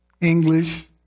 English